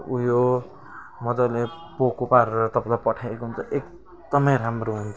उयो मज्जाले पोको पारेर तपाईँलाई पठाएको हुन्छ एकदमै राम्रो हुन्छ